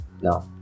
no